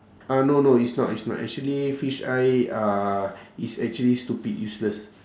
uh no no it's not it's not actually fish eye uh it's actually stupid useless